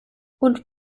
und